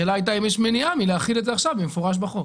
השאלה הייתה אם יש מניעה מלהחיל את זה עכשיו במפורש בחוק?